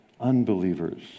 unbelievers